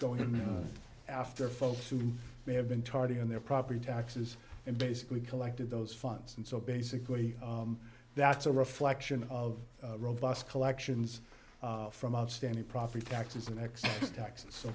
going after folks who may have been tardy on their property taxes and basically collected those funds and so basically that's a reflection of robust collections from outstanding property taxes an excess taxes so